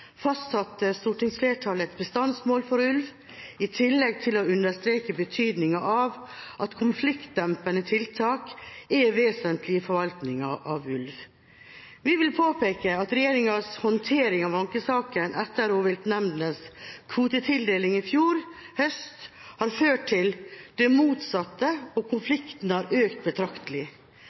fastsatte stortingsflertallet et bestandsmål for ulv i tillegg til å understreke betydningen av at konfliktdempende tiltak er vesentlig i forvaltningen av ulv. Vi vil påpeke at regjeringas håndtering av ankesaken etter rovviltnemndenes kvotetildeling i fjor høst har ført til det motsatte, og konflikten har økt betraktelig.